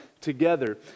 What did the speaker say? together